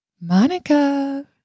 Monica